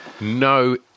No